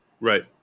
Right